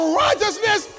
righteousness